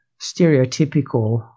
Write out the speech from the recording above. stereotypical